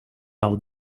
out